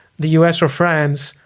the us, or france,